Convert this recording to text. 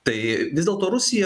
tai vis dėlto rusija